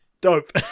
Dope